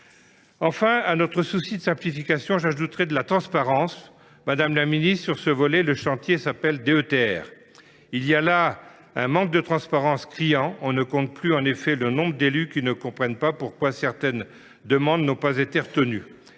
Enfin, à ce souci de simplification j’ajouterai celui de la transparence. Madame la ministre, sur ce volet, le chantier s’appelle DETR : il y a là un manque de transparence criant. On ne compte plus en effet le nombre d’élus qui ne comprennent pas pourquoi certaines demandes n’ont pas été retenues.